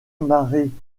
marécageuse